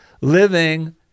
living